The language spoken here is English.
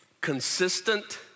Consistent